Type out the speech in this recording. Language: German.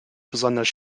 besonders